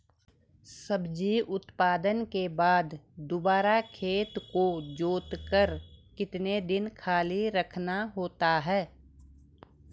सब्जी उत्पादन के बाद दोबारा खेत को जोतकर कितने दिन खाली रखना होता है?